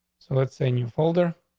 so let's say and you folder